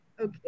okay